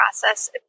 process